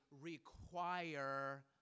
require